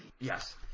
Yes